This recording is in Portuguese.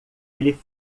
ele